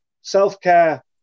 Self-care